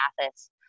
Mathis